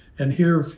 and here, you